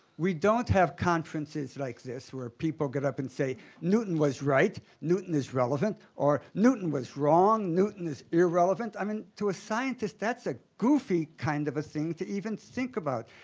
we don't have conferences like this where people get up and say newton was right, newton is relevant, or newton was wrong, newton is irrelevant. i mean, to a scientist that's a goofy kind of a thing to even think about.